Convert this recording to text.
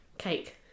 cake